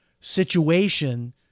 situation